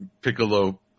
Piccolo